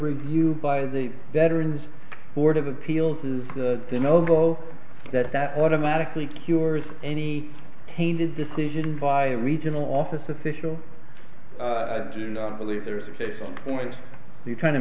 review by the veterans board of appeals is the novel that that automatically cures any tainted decision by regional office official i do not believe there is a case in point the trying to